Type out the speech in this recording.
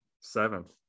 Seventh